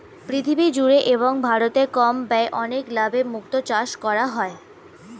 পৃথিবী জুড়ে এবং ভারতে কম ব্যয়ে অনেক লাভে মুক্তো চাষ করা হয়